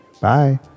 Bye